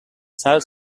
salts